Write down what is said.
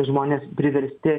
žmonės priversti